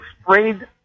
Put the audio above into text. sprayed